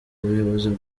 ubuyobozi